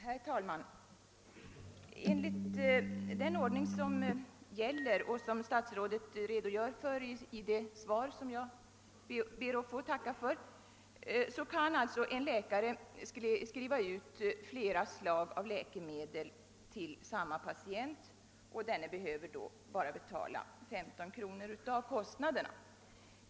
Herr talman! Enligt den ordning som gäller och som statsrådet redogör för i sitt svar, vilket jag ber att få tacka för, kan alltså en läkare skriva ut recept på flera slag av läkemedel till samme patient, och denne behöver då bara betala 15 kr. av kostnaderna.